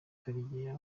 karegeya